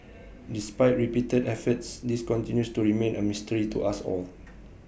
despite repeated efforts this continues to remain A mystery to us all